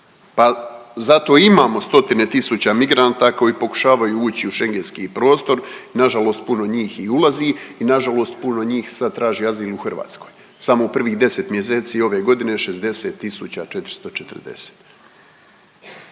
pa zato imamo stotine tisuća migranata koji pokušavaju ući u Schengenski prostor, nažalost puno njih i ulazi i nažalost puno njih sad traži azil i u Hrvatskoj, samo u prvih 10 mjeseci ove godine 60.440.